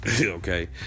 okay